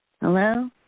Hello